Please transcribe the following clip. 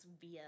via